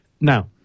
Now